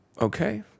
Okay